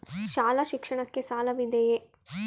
ಶಾಲಾ ಶಿಕ್ಷಣಕ್ಕೆ ಸಾಲವಿದೆಯೇ?